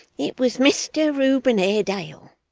it was mr reuben haredale,